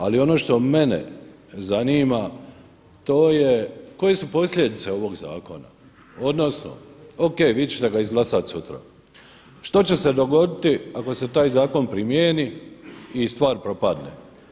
Ali ono što mene zanima, koje su posljedice ovog zakona odnosno o.k. vi ćete ga izglasati sutra, što će se dogoditi ako se taj zakon primjeni i stvar propadne?